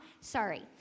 Sorry